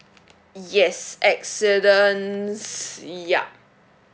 yes accidents yup